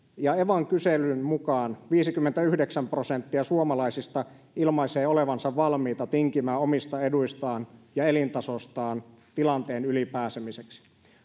ja evan kyselyn mukaan viisikymmentäyhdeksän prosenttia suomalaisista ilmaisee olevansa valmiita tinkimään omista eduistaan ja elintasostaan tilanteen yli pääsemiseksi